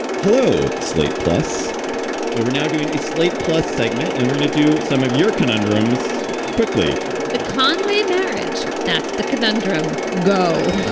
hello. slate plus. so we're now doing a slate plus segment and we're gonna do some of your conundrums quickly the con way marriage. that's the conundrum go